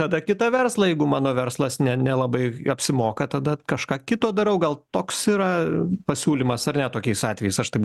tada kitą verslą jeigu mano verslas ne nelabai apsimoka tada kažką kito darau gal toks yra pasiūlymas ar ne tokiais atvejais aš taip